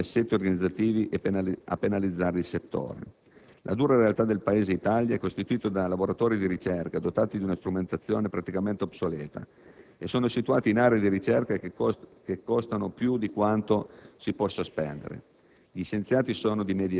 siano in effetti gli assetti organizzativi, che penalizzano il settore. La dura realtà è che il nostro Paese presenta laboratori di ricerca dotati di una strumentazione praticamente obsoleta e situati in aree di ricerca che costano più di quanto si possa spendere.